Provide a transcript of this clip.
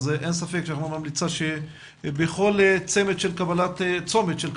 אין ספק שאנחנו ממליצים שבכל צומת של קבלת החלטות